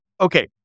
Okay